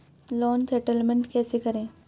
Loan settlement कैसे करें?